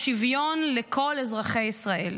ושוויון לכל אזרחי ישראל.